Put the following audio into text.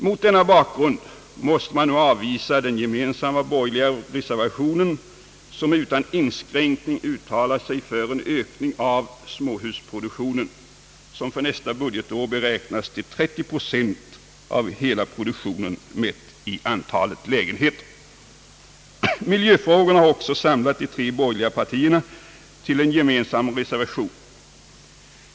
Mot denna bakgrund måste nu den gemensamma borgerliga reservationen avvisas, där man utan inskränkning uttalar sig för en ökning av småhusproduktionen, som för nästa budgetår beräknats till 30 procent av hela produktionen mätt i antal lägenheter. Också miljöfrågorna har samlat de tre borgerliga partierna till en gemen sam reservation.